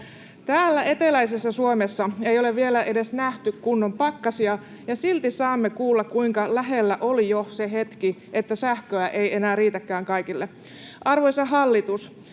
Täällä eteläisessä Suomessa ei ole vielä edes nähty kunnon pakkasia, ja silti saamme kuulla, kuinka lähellä jo oli se hetki, että sähköä ei enää riitäkään kaikille. Arvoisa hallitus,